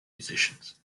musicians